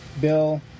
Bill